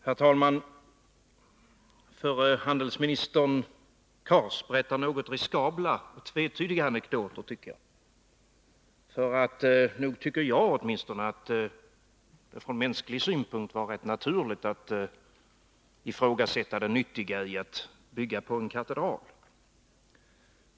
Herr talman! Förre handelsministern Cars berättar något riskabla och tvetydiga anekdoter. Nog tycker åtminstone jag att det från mänsklig synpunkt var rätt naturligt att ifrågasätta det nyttiga i att bygga på en katedral.